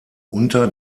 unter